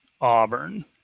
Auburn